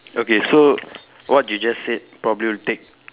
okay so what you just said probably will take